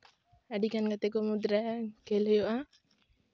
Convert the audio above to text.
ᱟᱹᱰᱤᱜᱟᱱ ᱜᱟᱛᱮ ᱠᱚ ᱢᱩᱫᱽᱨᱮ ᱠᱷᱮᱞ ᱦᱩᱭᱩᱜᱼᱟ